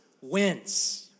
wins